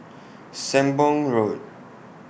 Sembong Road